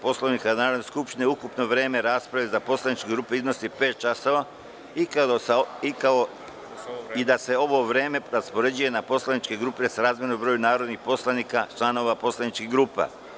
Poslovnika Narodne skupštine, ukupno vreme rasprave za poslaničke grupe iznosi pet časova i da se ovo vreme raspoređuje na poslaničke grupe srazmerno broju narodnih poslanika članova poslaničkih grupa.